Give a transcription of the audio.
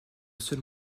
seul